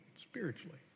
spiritually